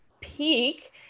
peak